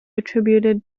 attributed